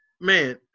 Man